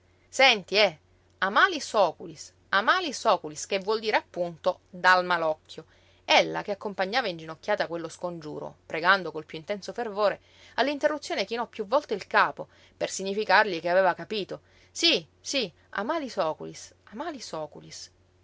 eh a malis oculis a malis oculis che vuol dire appunto dal malocchio ella che accompagnava inginocchiata quello scongiuro pregando col piú intenso fervore all'interruzione chinò piú volte il capo per significargli che aveva capito sí sí a malis oculis a malis